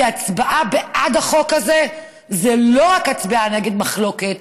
כי הצבעה בעד החוק הזה היא לא רק הצבעה של מחלוקת,